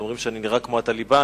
אומרים שאני נראה כמו ה"טליבאן",